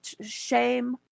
shame